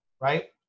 Right